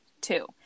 two